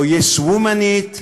או יס-וומניות,